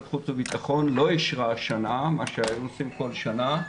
ועדת חוץ ובטחון לא אישרה השנה מה שעושים כל שנה,